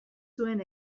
zuen